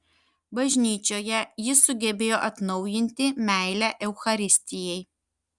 bažnyčioje jis sugebėjo atnaujinti meilę eucharistijai